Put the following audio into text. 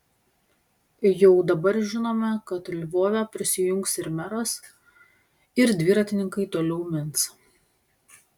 jau dabar žinome kad lvove prisijungs ir meras ir dviratininkai toliau mins